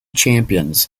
champions